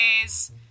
days